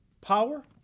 Power